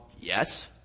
Yes